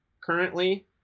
currently